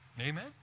Amen